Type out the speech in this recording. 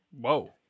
Whoa